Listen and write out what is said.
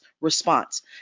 response